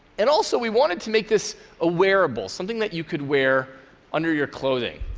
and also we wanted to make this a wearable, something that you could wear under your clothing.